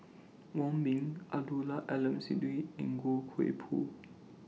Wong Ming Abdul Aleem Siddique and Goh Koh Pui